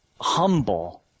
humble